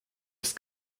ist